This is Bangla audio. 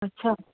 আচ্ছা